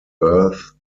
earth